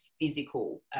physical